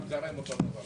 גם הזרים אותו דבר.